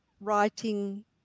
writing